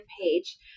page